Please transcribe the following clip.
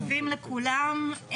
שלום לכולם,